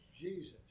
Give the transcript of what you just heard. Jesus